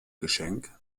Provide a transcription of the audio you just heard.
geschenk